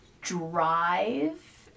drive